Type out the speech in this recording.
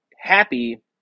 happy